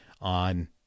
on